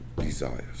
desires